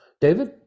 David